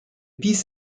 piece